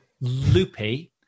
loopy